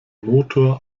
motor